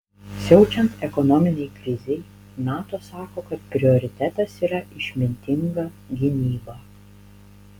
siaučiant ekonominei krizei nato sako kad prioritetas yra išmintinga gynyba